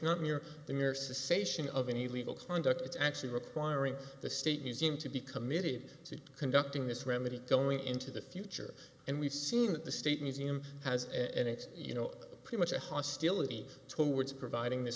not near the mere sation of any legal conduct it's actually requiring the state museum to be committed to conducting this remedy going into the future and we've seen that the state museum has and it's you know pretty much a hostility towards providing this